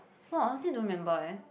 !wah! honestly I don't remember eh